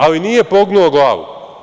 Ali nije pognuo glavu.